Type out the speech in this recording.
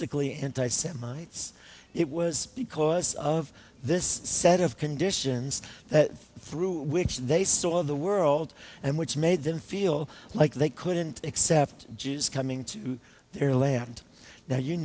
lly anti semites it was because of this set of conditions that through which they saw the world and which made them feel like they couldn't accept jews coming to their land